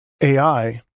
AI